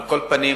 על כל פנים,